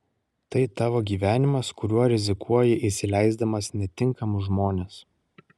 tai tavo gyvenimas kuriuo rizikuoji įsileisdamas netinkamus žmones